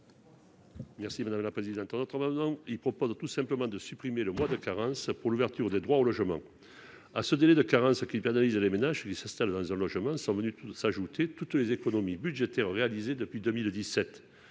Merci madame la présidente, autrement il propose tout simplement de supprimer le mois de Clarins pour l'ouverture des droits au logement à ce délai de carence qui perdent, ils allaient ménage suis s'installe dans un logement sont venus tous s'ajouter toutes les économies budgétaires réalisées depuis 2017